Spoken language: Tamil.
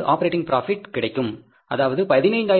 இஆப்பரேட்டிங் ப்ராபிட் கிடைக்கும் அதாவது 15000 அலகுகள்